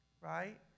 right